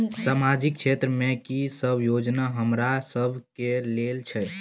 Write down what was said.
सामाजिक क्षेत्र में की सब योजना हमरा सब के लेल छै?